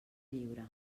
lliure